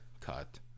cut